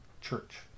church